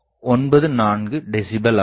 94 decibel ஆகும்